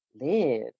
Live